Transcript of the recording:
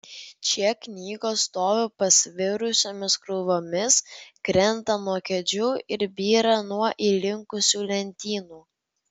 čia knygos stovi pasvirusiomis krūvomis krenta nuo kėdžių ir byra nuo įlinkusių lentynų